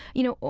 you know,